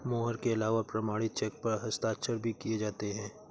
मोहर के अलावा प्रमाणिक चेक पर हस्ताक्षर भी किये जाते हैं